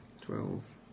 twelve